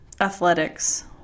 Athletics